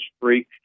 freak